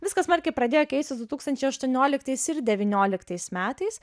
viskas smarkiai pradėjo keistis du tūkstančiai aštuonioliktais ir devynioliktais metais